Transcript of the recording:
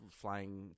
flying